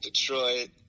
Detroit